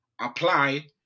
apply